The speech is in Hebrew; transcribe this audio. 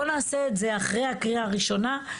בואו נעשה את זה אחרי הקריאה הראשונה.